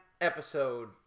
episode